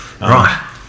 Right